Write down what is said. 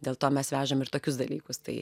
dėl to mes vežam ir tokius dalykus tai